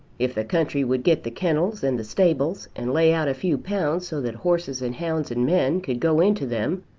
if the country would get the kennels and the stables, and lay out a few pounds so that horses and hounds and men could go into them,